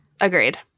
Agreed